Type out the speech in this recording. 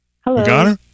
hello